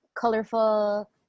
colorful